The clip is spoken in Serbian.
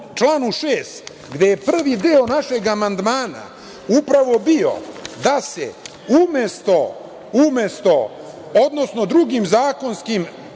članu 6, gde je prvi deo našeg amandmana upravo bio da se umesto, odnosno drugim zakonskim